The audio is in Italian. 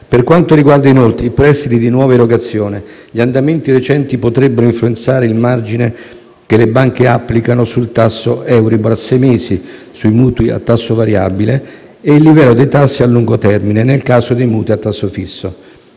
Per quanto riguarda, inoltre, i prestiti di nuova erogazione, gli andamenti recenti potrebbero influenzare il margine che le banche applicano sul tasso Euribor a sei mesi (mutui a tasso variabile) e il livello dei tassi a lungo termine, nel caso dei mutui a tasso fisso.